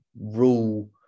rule